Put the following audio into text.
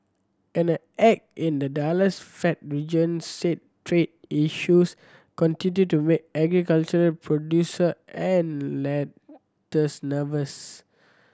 and a egg in the Dallas Fed region said trade issues continue to make agricultural producer and lenders nervous